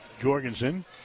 Jorgensen